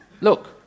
Look